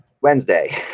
Wednesday